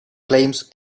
claims